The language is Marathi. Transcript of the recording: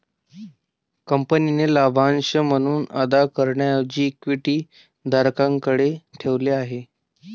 कंपनीने लाभांश म्हणून अदा करण्याऐवजी इक्विटी धारकांकडे ठेवली आहे